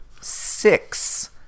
six